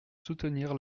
soutenir